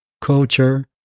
culture